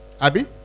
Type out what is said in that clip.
Abby